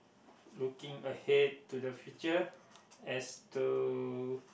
looking ahead to the future as to